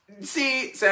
See